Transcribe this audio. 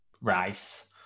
rice